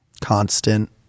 constant